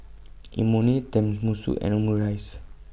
Imoni Tenmusu and Omurice